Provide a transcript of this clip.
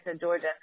Georgia